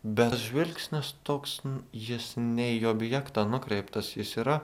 bet žvilgsnis toks jis ne į objektą nukreiptas jis yra